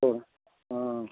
ꯍꯣꯏ ꯑꯥ